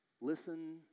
listen